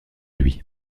lui